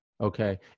Okay